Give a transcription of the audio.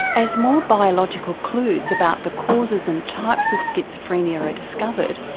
as more biological clues about the causes and types of schizophrenia are discovered,